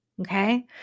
okay